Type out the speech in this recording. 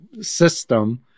system